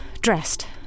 dressed